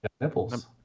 nipples